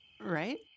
Right